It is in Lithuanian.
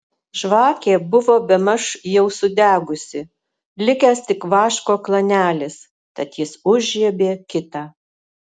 žvakė buvo bemaž jau sudegusi likęs tik vaško klanelis tad jis užžiebė kitą